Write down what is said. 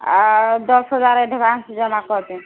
आ दस हजार एडवान्स जमा करथिन्ह